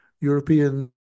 European